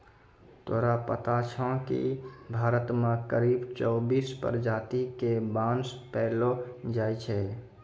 तोरा पता छौं कि भारत मॅ करीब चौबीस प्रजाति के बांस पैलो जाय छै